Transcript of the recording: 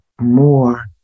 more